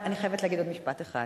אני חייבת להגיד עוד משפט אחד: